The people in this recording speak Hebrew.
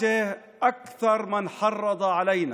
זו שהסיתה הכי הרבה נגדנו.